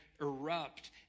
erupt